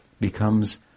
becomes